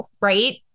Right